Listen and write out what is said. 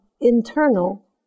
internal